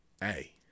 Hey